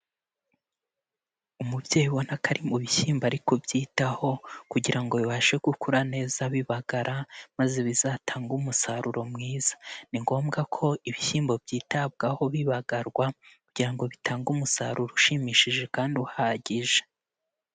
Umubyeyi ubona ko ari mu bishyimbo ari kubyitaho, kugira ngo bibashe gukura neza abibagara, maze bizatange umusaruro mwiza. Ni ngombwa ko ibishyimbo byitabwaho bibagarwa, kugira ngo bitange umusaruro ushimishije kandi uhagije.